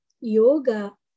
Yoga